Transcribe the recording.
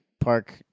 Park